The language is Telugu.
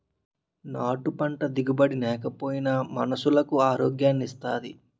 నాటు పంట దిగుబడి నేకపోయినా మనుసులకు ఆరోగ్యాన్ని ఇత్తాది